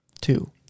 Two